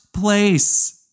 place